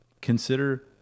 consider